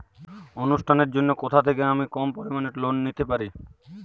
অনুষ্ঠানের জন্য কোথা থেকে আমি কম পরিমাণের লোন নিতে পারব?